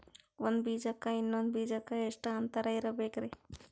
ಒಂದ್ ಬೀಜಕ್ಕ ಇನ್ನೊಂದು ಬೀಜಕ್ಕ ಎಷ್ಟ್ ಅಂತರ ಇರಬೇಕ್ರಿ?